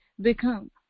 become